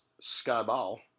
Skyball